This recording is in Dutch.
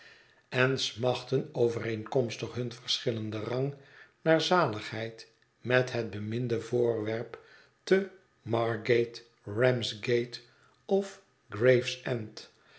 en smachten overeenkomstig hun verschillenden rang naar zaligheid met het beminde voorwerp temargate ramsgate of gr